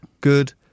good